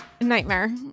nightmare